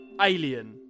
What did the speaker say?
Alien